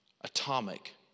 atomic